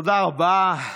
תודה רבה.